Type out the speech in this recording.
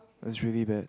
it's really bad